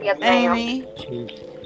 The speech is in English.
Amy